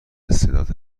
استعداد